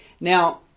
Now